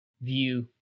view